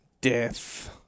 death